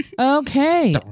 Okay